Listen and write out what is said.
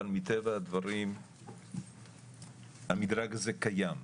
אבל מטבע הדברים המידרג הזה קיים,